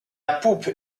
poupe